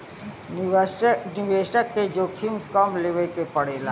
निवेसक के जोखिम कम लेवे के पड़ेला